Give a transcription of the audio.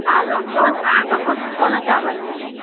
आरो कोन आरो कोनो चावल हइ